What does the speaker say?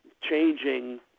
changing